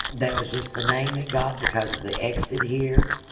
that was just the name it got because of the exit here.